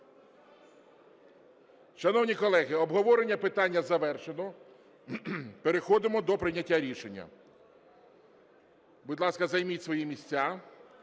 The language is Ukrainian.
Шановні колеги, обговорення питання завершено, переходимо до прийняття рішення. Будь ласка, займіть свої місця.